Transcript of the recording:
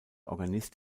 organist